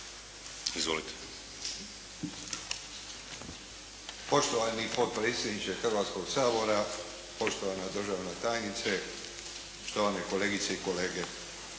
Ivo (HDZ)** Poštovani potpredsjedniče Hrvatskoga sabora, poštovana državna tajnice, štovane kolegice i kolege.